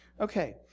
Okay